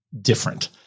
different